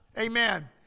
Amen